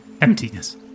Emptiness